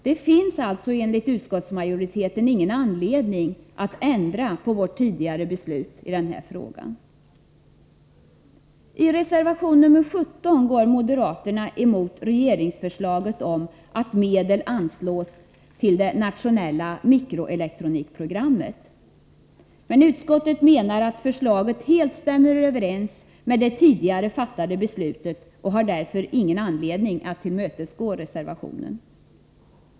Det finns alltså enligt utskottsmajoriteten ingen anledning att ändra på vårt tidigare beslut i den här frågan. I reservation 17 går moderaterna emot regeringsförslaget om att medel anslås till det nationella mikroelektronikprogrammet. Utskottet menar att förslaget helt stämmer överens med det tidigare fattade beslutet och ser därför ingen anledning att tillmötesgå reservationen.